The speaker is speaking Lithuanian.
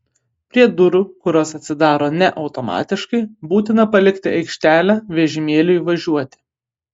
prie durų kurios atsidaro ne automatiškai būtina palikti aikštelę vežimėliui važiuoti